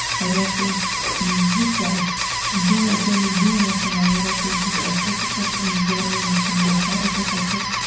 رۄپیَس زٕ ساس ڈوٗںۍ تَمِکۍ ڈوٗںۍ آسن لَوان رۄپِیس زٕ ساس أسۍ ہسا چھِ أمِس گرٕ وٲلِس نِش گژھان أسۍ ہسا چھِ